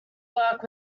work